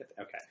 Okay